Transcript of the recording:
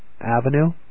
Avenue